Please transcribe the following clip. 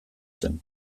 zen